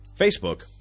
Facebook